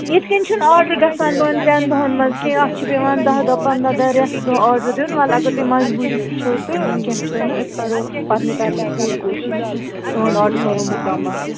یِتھٕ کٔنۍ چھُنہٕ آرڈَر گژھان دۄن ترٛٮ۪ن دۄہَن منٛز کیٚنٛہہ اَتھ چھُ پٮ۪وان دَہ دۄہ پَنٛداہ دَہ رٮ۪تھ برٛونٛہہ آرڈر دیُن وَلہٕ اگر تُہۍ مجبوٗری تہِ چھَو تہٕ کیٚنٛہہ چھُنہٕ أسۍ کَرو پَنٕنہِ طرفہٕ پوٗرٕ کوٗشِش تُہُنٛد آرڈَر کَرو مُکمَل